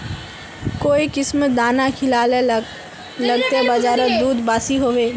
काई किसम दाना खिलाले लगते बजारोत दूध बासी होवे?